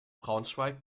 braunschweig